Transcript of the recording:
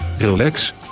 relax